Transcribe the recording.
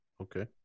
okay